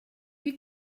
you